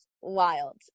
wild